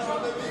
אנחנו במינוס.